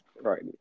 right